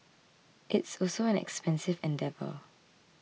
it's also an expensive endeavour